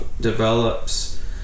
develops